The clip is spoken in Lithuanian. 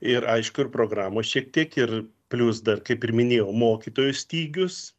ir aišku ir programos šiek tiek ir plius dar kaip ir minėjau mokytojų stygius